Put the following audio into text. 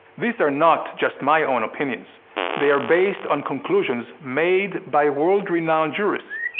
these are not just my own opinions they are based on conclusions made by world renowned jurists,